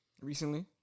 Recently